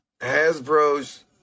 Hasbro's